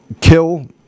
kill